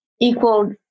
equal